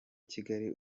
kigali